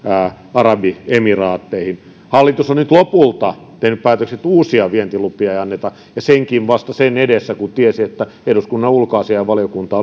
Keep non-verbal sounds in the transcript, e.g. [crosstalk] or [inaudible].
arabiemiraatteihin hallitus on nyt lopulta tehnyt päätöksen että uusia vientilupia ei anneta ja senkin vasta sen edessä kun se tiesi että eduskunnan ulkoasiainvaliokunta [unintelligible]